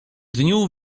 dniu